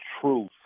truth